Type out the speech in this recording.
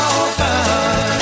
open